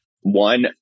One